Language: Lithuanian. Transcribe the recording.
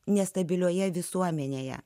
nestabilioje visuomenėje